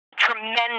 tremendous